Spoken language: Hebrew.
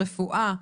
רפואה,